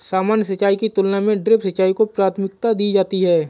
सामान्य सिंचाई की तुलना में ड्रिप सिंचाई को प्राथमिकता दी जाती है